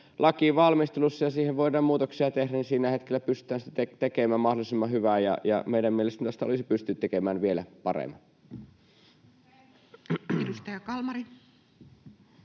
laki on valmistelussa ja siihen voidaan muutoksia tehdä, pystytään siitä tekemään mahdollisimman hyvä. Meidän mielestämme tästä olisi pystytty tekemään vielä parempi. [Jenna Simula: